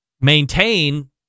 maintain